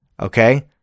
Okay